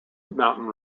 mountain